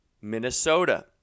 Minnesota